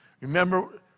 Remember